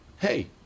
hey